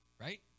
right